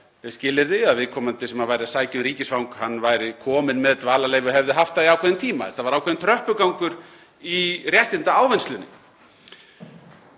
að skilyrði að viðkomandi, sem væri að sækja um ríkisfang, væri kominn með dvalarleyfi og hefði haft það í ákveðinn tíma. Þetta var ákveðinn tröppugangur í réttindaávinnslunni.